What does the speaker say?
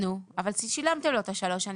נו, אבל שילמתם לו את שלוש השנים.